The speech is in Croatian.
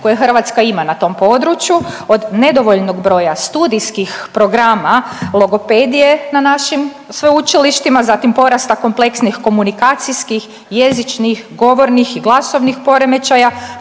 koje Hrvatska ima na tom području od nedovoljnog broja studijskih programa logopedije na našim sveučilištima, zatim porasta kompleksnih komunikacijskih, jezičnih i glasovnih poremećaja,